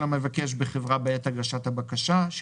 של המבקש בחברה בעת הגשת הבקשה: ___________________________